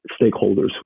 stakeholders